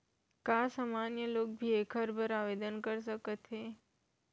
का सामान्य लोग भी एखर बर आवदेन कर सकत हे?